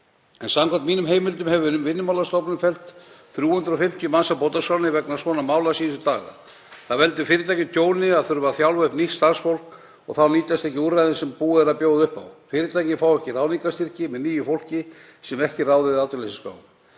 Samkvæmt mínum heimildum hefur Vinnumálastofnun tekið 350 manns út af bótaskrá vegna svona mála síðustu daga. Það veldur fyrirtækjum tjóni að þurfa að þjálfa upp nýtt starfsfólk og þá nýtast ekki úrræðin sem boðið er upp á. Fyrirtækin fá ekki ráðningarstyrki með nýju fólki sem ekki er ráðið af atvinnuleysisskrá.